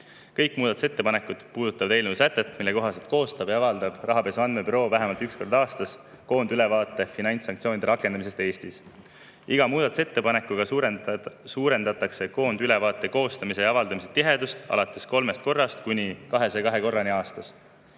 Kõik muudatusettepanekud puudutavad eelnõu sätet, mille kohaselt koostab ja avaldab Rahapesu Andmebüroo vähemalt üks kord aastas koondülevaate finantssanktsioonide rakendamisest Eestis. Iga muudatusettepanekuga suurendatakse koondülevaate koostamise ja avaldamise tihedust alates 3 korrast kuni 202 korrani aastas.